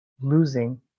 losing